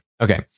Okay